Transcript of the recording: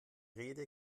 rede